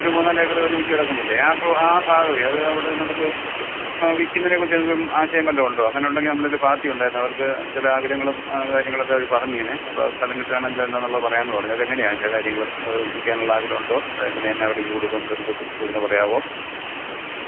ഒരു മൂന്നാല് ഏക്കർ ഒരുമിച്ച് കിടക്കുന്നില്ലേ ആ പൊ ആ ഭാഗമേ അത് അവിടെ നമുക്ക് വിൽക്കുന്നതിനെ കുറിച്ച് എന്തും ആശയം വല്ലതും ഉണ്ടോ അങ്ങനെ ഉണ്ടെങ്കിൽ നമ്മുടെ ഒരു പാർട്ടി ഉണ്ടായിരുന്നു അവർക്ക് ചില ആഗ്രഹങ്ങളും കാര്യങ്ങളുമൊക്കെ അവർ പറഞ്ഞു ഇങ്ങനെ അപ്പോൾ ആ സ്ഥലം കിട്ടുവാണെങ്കിൽ എന്താണെന്നുള്ളത് പറയാം എന്ന് പറഞ്ഞു അത് എങ്ങനെയാണ് അതിന്റെ കാര്യങ്ങൾ അത് വിൽക്കാനുള്ള ആഗ്രഹം ഉണ്ടോ അത് എങ്ങനെയാണ് എന്നാ വിലയ്ക്ക് കൊടുക്കും എന്നതിനെക്കുറിച്ച് ഒരു സൂചന പറയാമോ